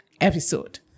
episode